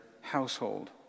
household